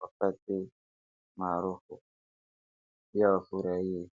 wapate maarufu. Pia wafurahie.